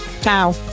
Ciao